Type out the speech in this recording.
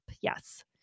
Yes